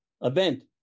event